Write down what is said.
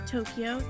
Tokyo